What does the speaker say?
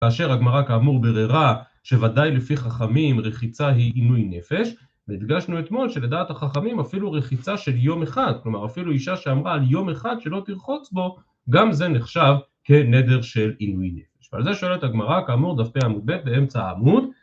כאשר הגמרא כאמור ביררה שוודאי לפי חכמים רחיצה היא עינוי נפש, והדגשנו אתמול שלדעת החכמים אפילו רחיצה של יום אחד, כלומר אפילו אישה שאמרה על יום אחד שלא תרחוץ בו, גם זה נחשב כנדר של עינוי נפש. ועל זה שואלת הגמרא, כאמור דף פ' עמוד ב' באמצע העמוד